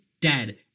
dead